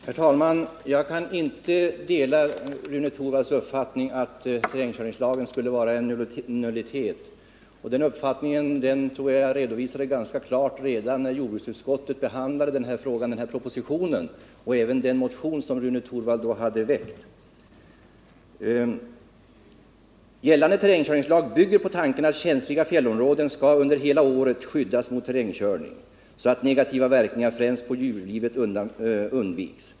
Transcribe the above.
Herr talman! Jag kan inte dela Rune Torwalds uppfattning att terrängkörningslagen skulle vara en nullitet, och den åsikten tror jag att jag redovisade ganska klart redan när jordbruksutskottet behandlade propositionen och även den motion som Rune Torwald då hade väckt. Gällande terrängkörningslag bygger på tanken att känsliga fjällområden under hela året skall skyddas mot terrängkörning, så att negativa verkningar, främst på djurlivet, undviks.